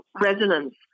resonance